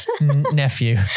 nephew